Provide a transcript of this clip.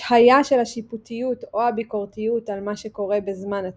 השהייה של השיפוטיות או הביקורתיות על מה שקורה בזמן התרגול.